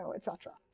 so et cetera.